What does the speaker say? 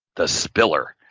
the spiller,